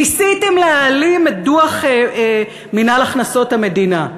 ניסיתם להעלים את דוח מינהל הכנסות המדינה.